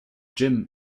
jim